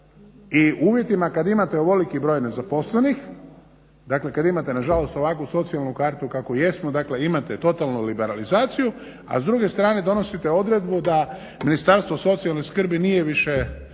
u uvjetima kad imate ovoliki broj nezaposlenih, dakle kad imate nažalost ovakvu socijalnu kartu kakvu jesmo, dakle imate totalnu liberalizaciju, a s druge strane donosite odredbu da Ministarstvo socijalne skrbi nije više